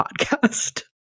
podcast